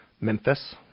Memphis